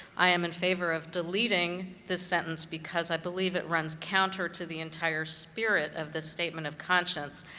i am in favor of deleteing this sentence, because i believe it runs counter to the entire spirit of this statement of conscience.